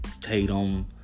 Tatum